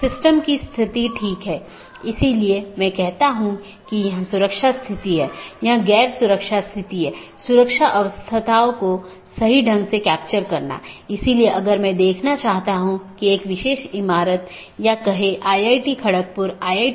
जैसे मैं कहता हूं कि मुझे वीडियो स्ट्रीमिंग का ट्रैफ़िक मिलता है या किसी विशेष प्रकार का ट्रैफ़िक मिलता है तो इसे किसी विशेष पथ के माध्यम से कॉन्फ़िगर या चैनल किया जाना चाहिए